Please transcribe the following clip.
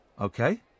Okay